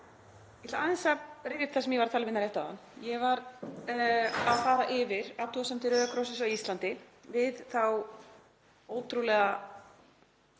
Ég ætla aðeins að rifja upp það sem ég var að tala um hérna rétt áðan. Ég var að fara yfir athugasemdir Rauða krossins á Íslandi við þá ótrúlega